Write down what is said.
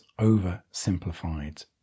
oversimplified